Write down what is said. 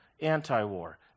anti-war